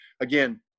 again